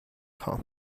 خوام